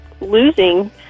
losing